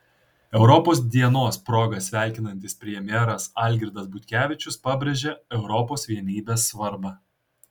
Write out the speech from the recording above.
europos dienos proga sveikinantis premjeras algirdas butkevičius pabrėžia europos vienybės svarbą